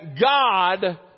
God